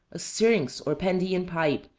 a syrinx or pandean pipe,